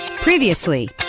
previously